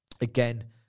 Again